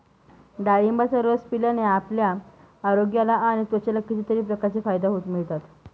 डाळिंबाचा रस पिल्याने आपल्या आरोग्याला आणि त्वचेला कितीतरी प्रकारचे फायदे मिळतात